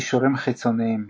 קישורים חיצוניים